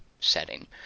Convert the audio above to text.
setting